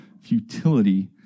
futility